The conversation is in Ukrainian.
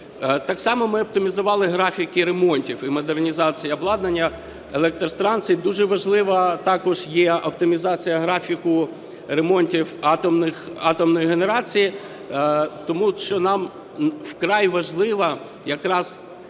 Так само ми оптимізували графіки ремонтів і модернізації обладнання електростанцій, дуже важливою також є оптимізація графіку ремонтів атомної генерації, тому що нам вкрай важливо якраз